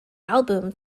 album